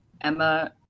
Emma